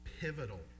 pivotal